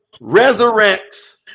resurrects